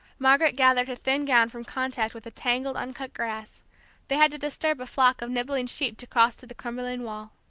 margaret gathered her thin gown from contact with the tangled, uncut grass they had to disturb a flock of nibbling sheep to cross to the crumbling wall.